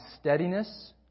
steadiness